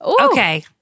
Okay